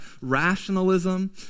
rationalism